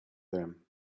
them